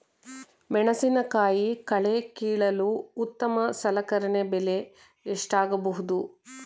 ಮೆಣಸಿನಕಾಯಿ ಕಳೆ ಕೀಳಲು ಉತ್ತಮ ಸಲಕರಣೆ ಬೆಲೆ ಎಷ್ಟಾಗಬಹುದು?